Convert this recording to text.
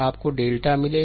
आपको डेल्टा मिलेगा